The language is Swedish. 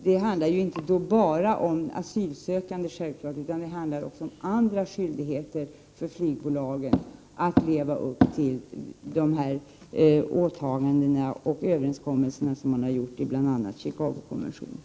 Det handlar inte bara om asylsökande. Flygbolagen har andra skyldigheter att leva upp till, bl.a. de åtaganden som gjorts i Chicagokonventionen.